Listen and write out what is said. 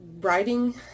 writing